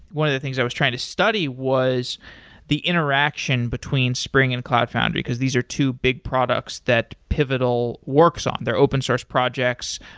one of the things i was trying to study was the interaction between spring and cloud foundry, because these are two big products that pivotal works on. they're open-source projects,